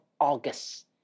August